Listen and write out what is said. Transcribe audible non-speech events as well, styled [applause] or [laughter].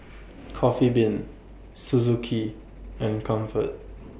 [noise] Coffee Bean Suzuki and Comfort